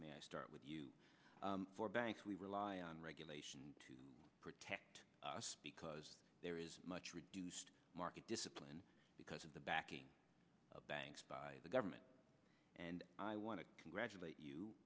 may i start with you for banks we rely on regulation to protect us because there is much reduced market discipline because of the backing of banks by the government and i want to congratulate you